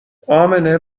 امنه